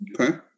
Okay